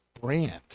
brand